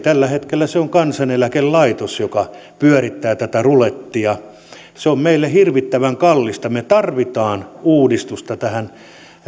tällä hetkellä se on kansaneläkelaitos joka pyörittää tätä rulettia se on meille hirvittävän kallista me tarvitsemme uudistusta tähän